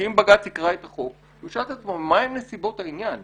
כי אם בג"צ יקרא את החוק הוא ישאל אותם מהן נסיבות העניין.